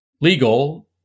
legal